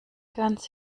ganz